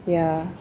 ya